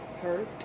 hurt